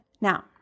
Now